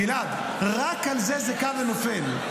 גלעד, רק על כך זה קם ונופל.